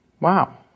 Wow